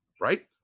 right